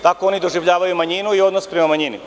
Tako oni doživljavaju manjinu i odnos prema manjini.